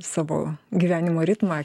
savo gyvenimo ritmą